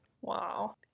wow